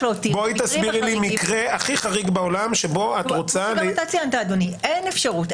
תסבירי לי מקרה הכי חריג בעולם שבו את רוצה ----- אין אפשרות,